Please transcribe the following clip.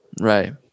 right